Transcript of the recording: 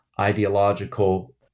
ideological